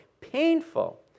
painful